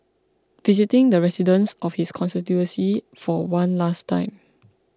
visiting the residents of his constituency for one last time